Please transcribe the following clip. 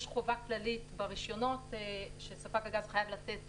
יש חובה כללית ברישיונות שספק הגז חייב לתת